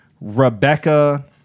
Rebecca